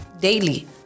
Daily